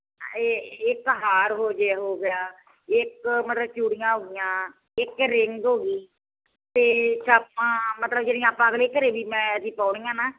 ਇਹ ਇੱਕ ਹਾਰ ਹੋ ਜੇ ਹੋ ਗਿਆ ਇੱਕ ਮਤਲਬ ਚੂੜੀਆਂ ਹੋਈਆਂ ਇੱਕ ਰਿੰਗ ਹੋ ਗਈ ਅਤੇ ਇੱਕ ਆਪਾਂ ਮਤਲਬ ਜਿਹੜੀਆਂ ਆਪਾਂ ਅਗਲੇ ਘਰੇ ਵੀ ਮੈਂ ਜੀ ਪਾਉਣੀ ਆ ਨਾ